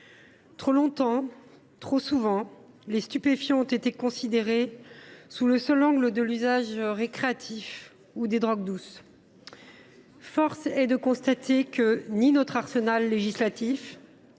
Trop longtemps, trop souvent, les stupéfiants ont été considérés sous le seul angle de l’usage récréatif ou des drogues douces. Force est de constater que ni notre arsenal législatif